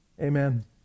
Amen